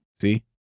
see